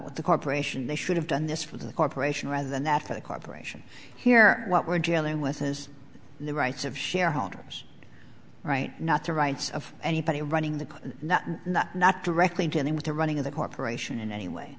with the corporation they should have done this for the corporation rather than after the corporation here what we're dealing with is the rights of shareholders right not the rights of anybody running the not directly into any with the running of the corporation in any way